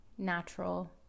Natural